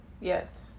Yes